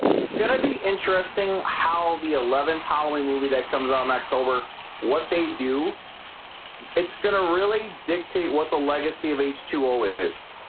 it's gonna be interesting how the eleventh halloween movie that comes out in october what they do it's gonna really dictate what the legacy of h two o whippets